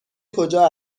کجا